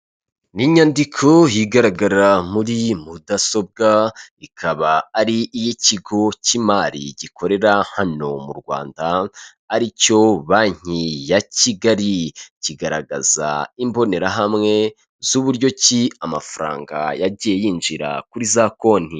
Ni inyandiko igaragara muri mudasobwa, ikaba ari iy'ikigo cy'imari gikorera hano mu Rwanda, ari cyo banki ya Kigali. Kigaragaza imbonerahamwe z'uburyo ki amafaranga yagiye yinjira kuri za konti.